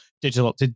digital